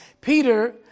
Peter